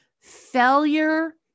Failure